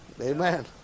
Amen